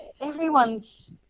everyone's